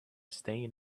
staying